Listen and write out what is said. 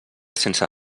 sense